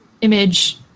image